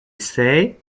say